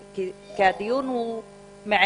להתקדם.